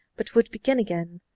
but would begin again,